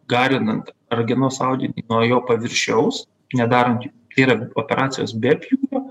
garinant ragenos audinį nuo jo paviršiaus nedarant tai yra operacijos be pjūvio